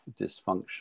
dysfunction